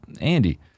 Andy